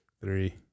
Three